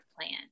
plan